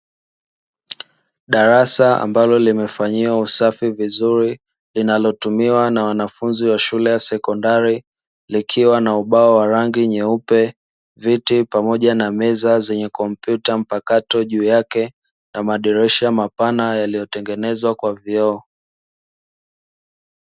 Darasa ambalo limefanyiwa usafi vizuri linalotumiwa na wanafunzi wa shule ya sekondari, likiwa na ubao wa rangi nyeupe, viti pamoja na meza zenye kompyuta mpakato juu yake na madirisha mapana yaliyotengenezwa kwa vioo.